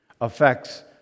affects